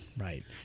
Right